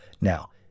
now